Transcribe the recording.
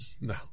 No